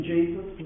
Jesus